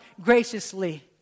graciously